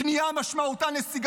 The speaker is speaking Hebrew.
כניעה משמעותה שיחיא